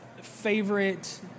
favorite